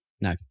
no